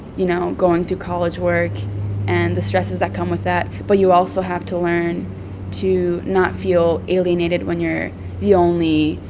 you know, going through college work and the stresses that come with that, but you also have to learn to not feel alienated when you're the only,